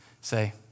say